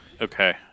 Okay